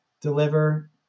deliver